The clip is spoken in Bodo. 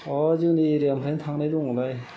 ह' जोंनि एरियानिफ्रायनो थांनाय दङलाय